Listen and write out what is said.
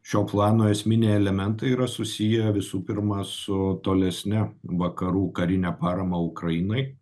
šio plano esminiai elementai yra susiję visų pirma su tolesne vakarų karine parama ukrainai